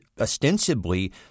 ostensibly